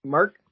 Mark